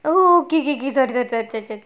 oh okay okay sorry sorry sorry